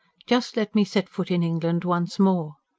just let me set foot in england once more!